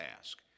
ask